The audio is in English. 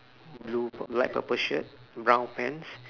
blue pu~ light purple shirt brown pants